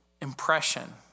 impression